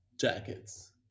Jackets